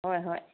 ꯍꯣꯏ ꯍꯣꯏ